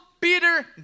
Peter